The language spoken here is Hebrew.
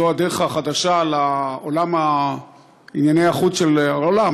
זו הדרך החדשה לעולם ענייני החוץ של העולם,